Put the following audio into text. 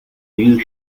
you